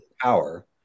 power